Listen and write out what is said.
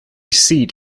seat